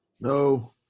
No